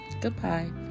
Goodbye